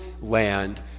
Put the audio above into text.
land